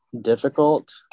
difficult